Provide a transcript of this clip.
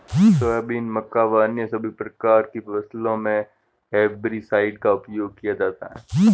soybean, मक्का व अन्य सभी प्रकार की फसलों मे हेर्बिसाइड का उपयोग किया जाता हैं